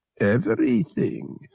Everything